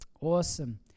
Awesome